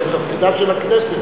זה תפקידה של הכנסת.